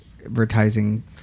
advertising